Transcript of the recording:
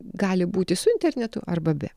gali būti su internetu arba be